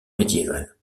médiévale